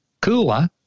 cooler